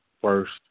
first